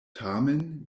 tamen